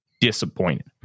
disappointed